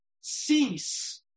cease